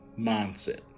mindset